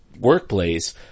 workplace